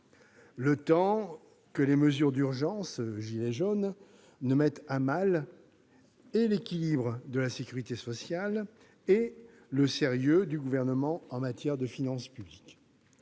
le temps que les mesures d'urgence « gilets jaunes » ne mettent à mal à la fois l'équilibre de la sécurité sociale et le sérieux du Gouvernement en matière de finances publiques